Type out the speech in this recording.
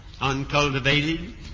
uncultivated